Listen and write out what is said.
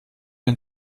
den